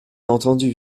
entendu